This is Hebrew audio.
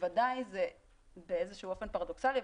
בוודאי זה באיזשהו אופן פרדוקסלי,